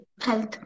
Health